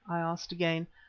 i asked again,